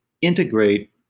integrate